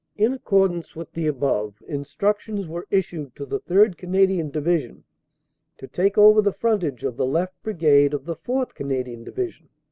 in accordance with the above, instructions were issued to the third. canadian division to take over the frontage of the left brigade of the fourth. canadian division.